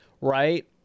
right